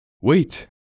Wait